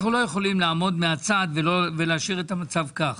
אנחנו לא יכולים לעמוד מהצד ולהשאיר את המצב כך.